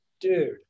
dude